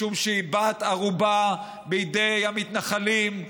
משום שהיא בת ערובה בידי המתנחלים.